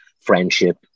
friendship